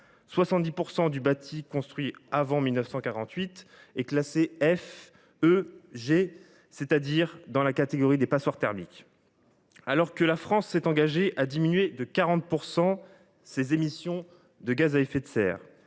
70 % du bâti construit avant 1948 sont classés F, E ou G, c’est à dire dans la catégorie des passoires thermiques. Alors que la France s’est engagée à diminuer de 40 % ses émissions de gaz à effet de serre